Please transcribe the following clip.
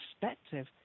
perspective